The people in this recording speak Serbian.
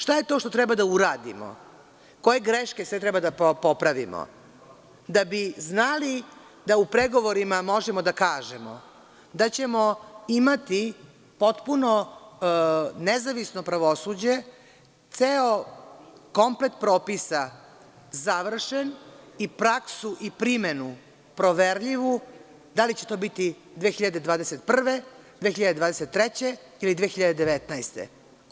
Šta je to što treba da uradimo, koje greške sve treba da popravimo da bi znali da u pregovorima možemo da kažemo da ćemo imati potpuno nezavisno pravosuđe, ceo komplet propisa završen i praksu i primenu proverljivu, da li će to biti 2021, 2023. godine ili 2019. godine?